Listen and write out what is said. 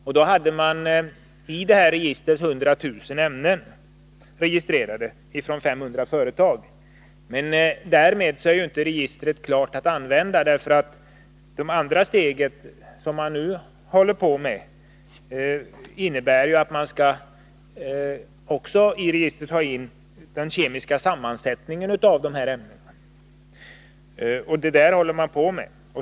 I registret fanns då 100 000 ämnen från 500 företag registrerade. Därmed är inte registret klart för användning, eftersom det andra steget, som man nu håller på med, ju innebär att även ämnenas kemiska sammansättning skall föras in.